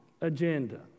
agenda